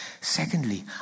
Secondly